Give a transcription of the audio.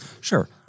Sure